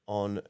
on